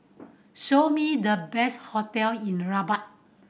show me the best hotel in Rabat